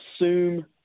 assume